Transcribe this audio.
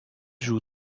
joue